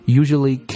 usually